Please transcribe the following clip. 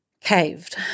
caved